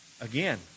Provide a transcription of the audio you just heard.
again